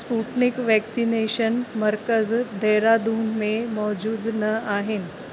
Sputnik vaccination मर्कज़ु देहरादून में मौजूदु न आहिनि